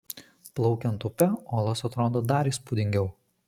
plaukiant upe olos atrodo dar įspūdingiau